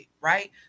right